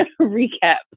recap